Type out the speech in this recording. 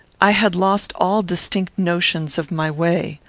i had lost all distinct notions of my way.